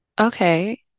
okay